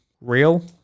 real